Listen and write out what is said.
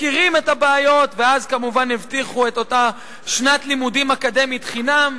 מכירים את הבעיות." ואז כמובן הבטיחו את אותה שנת לימודים אקדמית חינם.